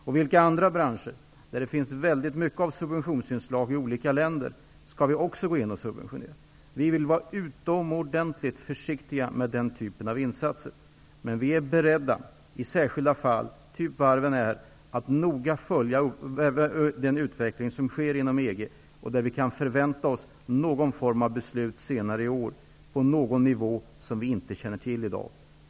Och i vilka andra branscher där man i olika länder har subventionsinslag skall vi också konkurrera på detta sätt? Vi vill vara utomordentligt försiktiga med den typen av insatser, men vi är beredda att i särskilda fall, t.ex. vad gäller varven, noga följa utvecklingen inom EG, där vi kan förvänta oss någon form av beslut senare i år, på en nivå som vi inte känner till i dag.